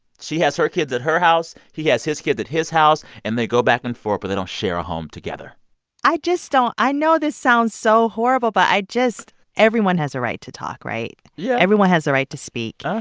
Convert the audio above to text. she has her kids at her house. he has his kids at his house. and they go back and forth, but they don't share a home together i just don't i know this sounds so horrible, but i just everyone has a right to talk, right? yeah everyone has a right to speak. ah